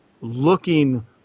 looking